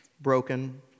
Broken